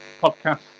podcast